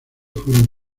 fueron